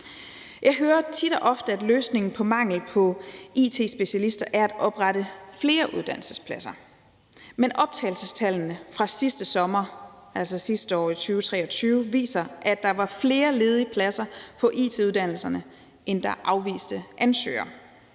Jeg hører tit og ofte, at løsningen på manglen på it-specialister er at oprette flere uddannelsespladser, men optagelsestallene fra sidste sommer, altså sidste år i 2023, viser, at der var flere ledige pladser på it-uddannelserne, end der var afviste ansøgere.